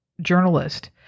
journalist